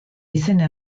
izena